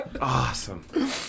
Awesome